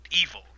evil